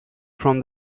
from